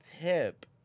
tip